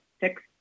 six